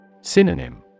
Synonym